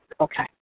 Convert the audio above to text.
Okay